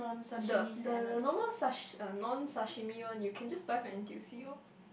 the the the normal sash~ non sashimi one you can just buy from N_T_U_C loh